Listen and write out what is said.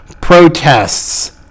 protests